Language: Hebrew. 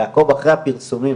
צריך לעקוב אחרי הפרסומים.